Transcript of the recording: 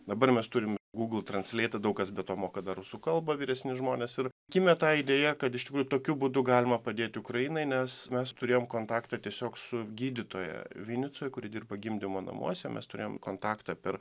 dabar mes turim gūgl transleitą daug kas be to moka dar rusų kalbą vyresni žmonės ir gimė ta idėja kad iš tikrųjų tokiu būdu galima padėti ukrainai nes mes turėjom kontaktą tiesiog su gydytoja vinicoj kuri dirba gimdymo namuose mes turėjom kontaktą per